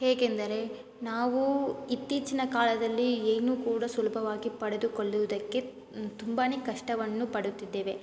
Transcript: ಹೇಗೆಂದರೆ ನಾವು ಇತ್ತೀಚಿನ ಕಾಲದಲ್ಲಿ ಏನು ಕೂಡ ಸುಲಭವಾಗಿ ಪಡೆದುಕೊಳ್ಳುವುದಕ್ಕೆ ತುಂಬಾ ಕಷ್ಟವನ್ನು ಪಡುತ್ತಿದ್ದೇವೆ